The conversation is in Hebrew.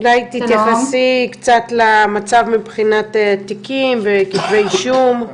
אולי תתייחסי קצת למצב מבחינת תיקים וכתבי אישום.